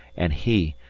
and he,